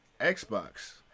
Xbox